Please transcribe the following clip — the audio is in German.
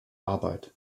arbeit